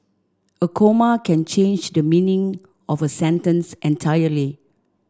a comma can change the meaning of a sentence entirely